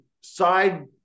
side